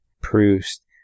Proust